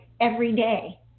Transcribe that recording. everyday